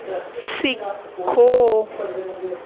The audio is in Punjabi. ਸਿੱਖੋ